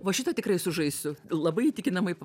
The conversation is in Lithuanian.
va šitą tikrai sužaisiu labai įtikinamai